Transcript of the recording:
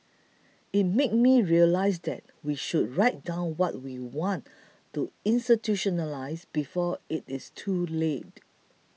it made me realise that we should write down what we want to institutionalise before it's too late